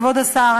כבוד השר,